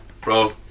bro